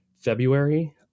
February